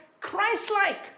Christ-like